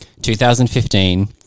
2015